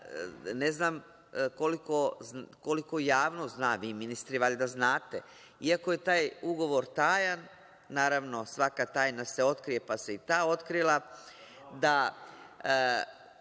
ne znam koliko javnost zna, vi ministri valjda znate, iako je taj ugovor tajan, naravno svaka tajna se otkrije pa se i ta otkrila, da